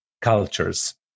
cultures